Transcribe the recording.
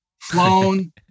flown